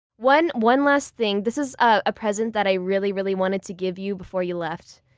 one one last thing. this is a present that i really, really wanted to give you before you left.